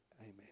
Amen